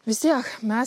vis tiek mes